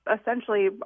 essentially